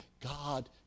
god